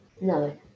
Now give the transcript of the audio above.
No